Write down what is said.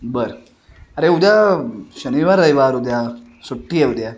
बर अरे उद्या शनिवार रविवार उद्या सुट्टी आहे उद्या